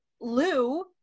Lou